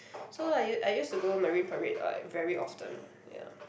so I U I used to go Marine-Parade like very often ya